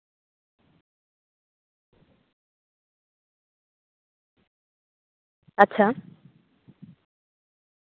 ᱟᱪᱪᱷᱟ